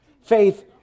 faith